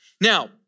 Now